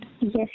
yes